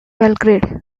belgrade